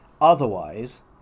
otherwise